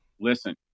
listen